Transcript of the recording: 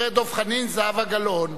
זהבה גלאון.